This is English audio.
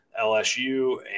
LSU